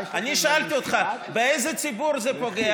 אני שאלתי אותך, באיזה ציבור זה פוגע?